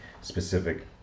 specific